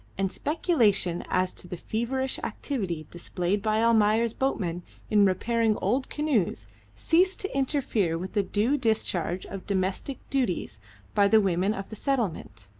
and speculation as to the feverish activity displayed by almayer's boatmen in repairing old canoes ceased to interfere with the due discharge of domestic duties by the women of the settlement.